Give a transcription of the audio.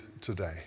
today